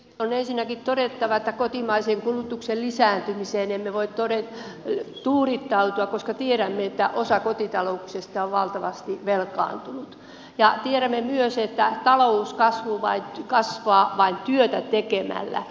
on ensinnäkin todettava että kotimaisen kulutuksen lisääntymiseen emme voi tuudittautua koska tiedämme että osa kotitalouksista on valtavasti velkaantunut ja tiedämme myös että talouskasvu kasvaa vain työtä tekemällä